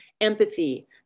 empathy